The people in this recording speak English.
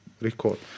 record